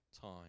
time